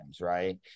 right